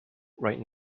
right